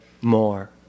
more